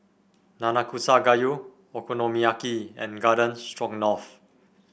Nanakusa Gayu Okonomiyaki and Garden Stroganoff